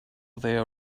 there